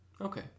Okay